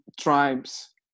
tribes